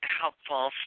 helpful